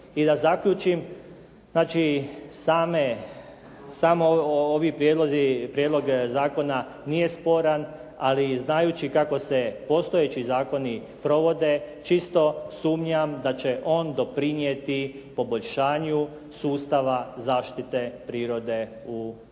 I da zaključim znači same, samo ovi prijedlozi, prijedlog zakona nije sporan ali znajući kako se postojeći zakoni provode čisto sumnjam da će on doprinijeti poboljšanju sustava zaštite prirode u